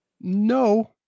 No